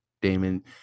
Damon